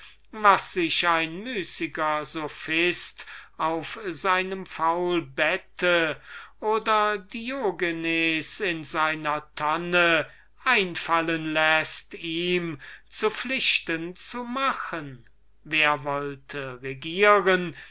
was sich ein müßiger sophist auf seinem faulbette oder diogenes in seinem fasse einfallen läßt ihm zu pflichten zu machen wer wollte regieren